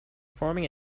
forming